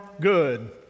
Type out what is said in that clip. good